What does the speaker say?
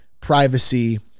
privacy